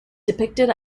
depicted